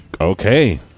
Okay